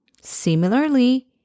Similarly